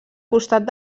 costat